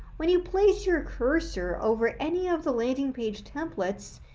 when you place your cursor over any of the landing page templates,